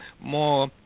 more